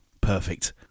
Perfect